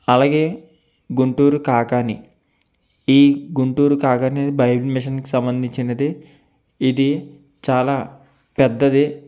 అలాగే గుంటూరు కాకాని ఈ గుంటూరు కాకాని అనేది బైబిల్ మిషన్కి సంబంధించినది ఇది చాలా పెద్దది